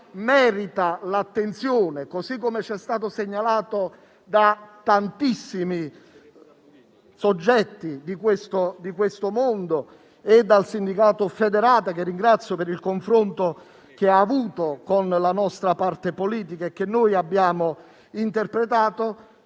merita attenzione, come ci è stato segnalato da tantissimi soggetti di questo mondo e dal sindacato Feder.ATA, che ringrazio per il confronto che ha avuto con la nostra parte politica e che abbiamo interpretato,